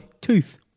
tooth